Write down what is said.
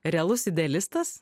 realus idealistas